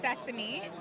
sesame